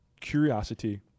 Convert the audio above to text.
curiosity